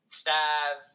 staff